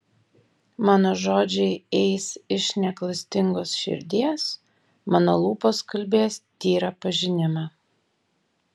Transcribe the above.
mano žodžiai eis iš neklastingos širdies mano lūpos kalbės tyrą pažinimą